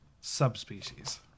subspecies